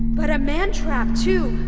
but a man trap, too,